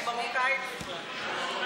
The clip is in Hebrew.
אני מרוקאית בכלל.